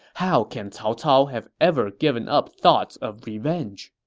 how can cao cao have ever given up thoughts of revenge?